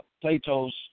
Plato's